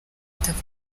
tuff